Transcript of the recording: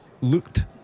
looked